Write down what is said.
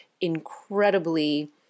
incredibly